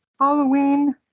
halloween